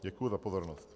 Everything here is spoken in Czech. Děkuji za pozornost.